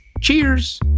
Cheers